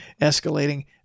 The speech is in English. escalating